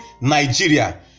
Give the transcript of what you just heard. Nigeria